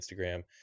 Instagram